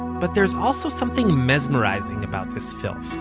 but there's also something mesmerizing about this filth.